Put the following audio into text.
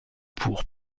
pour